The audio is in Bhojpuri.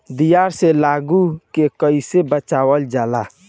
दियार से आलू के कइसे बचावल जाला?